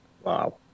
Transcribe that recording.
Wow